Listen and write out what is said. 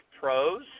pros